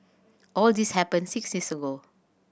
all this happened six years ago